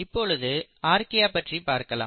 இப்பொழுது ஆர்கியா பற்றி பார்க்கலாம்